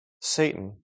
Satan